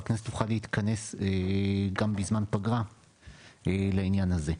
והכנסת תוכל להתכנס גם בזמן פגרה לעניין הזה.